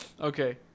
Okay